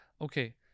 Okay